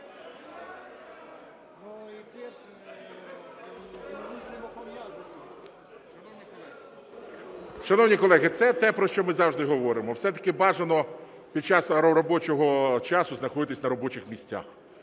Шановні колеги, це те, про що ми завжди говоримо, все-таки бажано під час робочого часу знаходитись на робочих місцях,